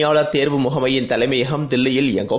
ஆள்சேர்ப்பு முகமையின் தலைமையகம் தில்லியில் இயங்கும்